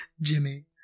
Jimmy